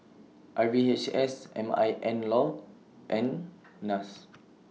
R V H S M I N law and Nas